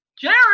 Jerry